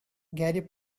gary